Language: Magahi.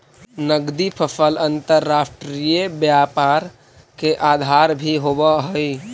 नगदी फसल अंतर्राष्ट्रीय व्यापार के आधार भी होवऽ हइ